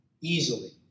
easily